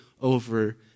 over